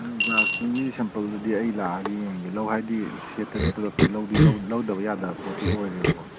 ꯑꯗꯨꯝ ꯒ꯭ꯂꯥꯁꯇꯨꯒꯤ ꯁꯦꯝꯄꯜꯗꯨꯗꯤ ꯑꯩ ꯂꯥꯛꯑꯒ ꯌꯦꯡꯉꯒꯦ ꯍꯥꯏꯕꯗꯤ ꯁꯦꯠꯇꯗꯤ ꯄꯨꯂꯞꯇꯤ ꯂꯧꯗꯤ ꯂꯧꯗꯕ ꯌꯥꯗꯕ ꯄꯣꯠꯇꯤ ꯑꯣꯏꯔꯦꯕꯀꯣ